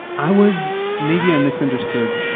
i was maybe i misunderstood,